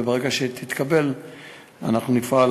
וברגע שתתקבל אנחנו נפעל,